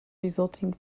resulting